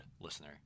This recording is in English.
listener